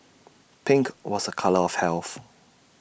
pink was A colour of health